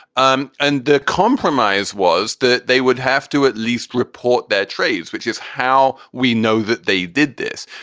um and the the compromise was that they would have to at least report their trades, which is how we know that they did this.